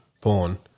porn